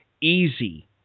easy